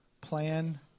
plan